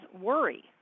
worry